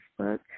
Facebook